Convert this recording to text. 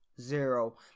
zero